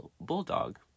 bulldog